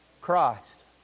Christ